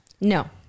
no